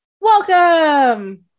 welcome